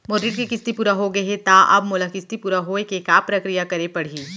मोर ऋण के किस्ती पूरा होगे हे ता अब मोला किस्ती पूरा होए के का प्रक्रिया करे पड़ही?